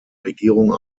regierung